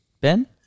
Ben